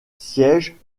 siège